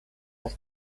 als